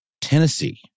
Tennessee